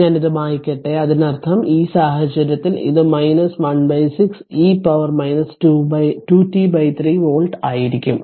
അതിനാൽ ഞാൻ അത് മായ്ക്കട്ടെ അതിനർത്ഥം ഈ സാഹചര്യത്തിൽ ഇത് 16 e പവറിന് 2 t 3 വോൾട്ട് ആയിരിക്കും